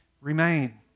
remain